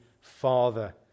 Father